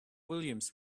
williams